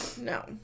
No